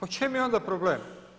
U čemu je onda problem?